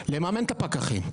לממן את הפקחים,